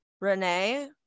Renee